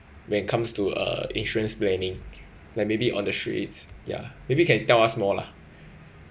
when it comes to uh insurance planning like maybe on the streets ya maybe can you tell us more lah